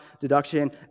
deduction